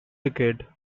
decade